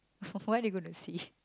what you gonna see